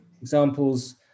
examples